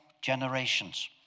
generations